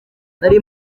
nari